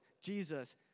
Jesus